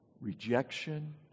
rejection